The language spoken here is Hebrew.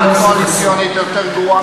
משמעת קואליציונית יותר גרועה,